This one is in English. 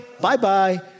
Bye-bye